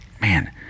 Man